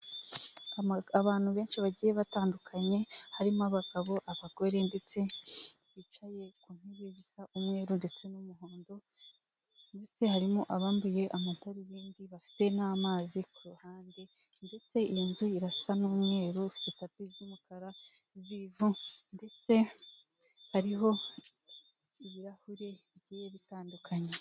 Imodoka nini cyane ikunda gutwara abantu by'umwihariko zikunda gukoreshwa mu mujyi wa Kigali imodoka zitwara abantu mu bice bike bitandukanye zitwara abantu benshi bagiye ahantu hamwe ahoza uba ufite ikarita uka ugakoza ku cyuma hanyuma amafaranga akavaho ukinjiramo hanyuma bakagutwararwa kugeza aho ugiye, si ibyo gusa kandi n'abagenda bahagaze turabona imbere umunyamaguru cyangwa se umugenzi ufite igare uri kugendera mu muhanda w'abanyamaguru.